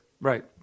Right